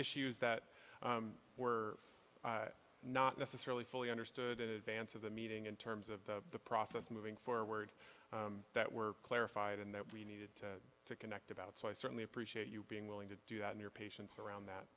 issues that were not necessarily fully understood in advance of the meeting in terms of the process moving forward that were clarified and that we needed to connect about so i certainly appreciate you being willing to do that in your patience around that